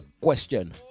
question